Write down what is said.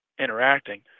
interacting